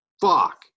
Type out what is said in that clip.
Fuck